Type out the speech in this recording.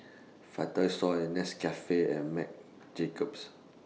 Vitasoy Nescafe and Marc Jacobs